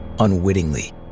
unwittingly